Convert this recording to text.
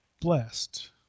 blessed